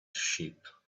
sheep